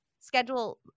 schedule